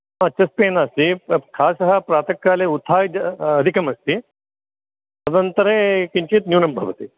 हा chest pain नास्ति खासः प्रातःकाले उत्थाय अधिकमस्ति तदनन्तरे किञ्चित् न्यूनं भवति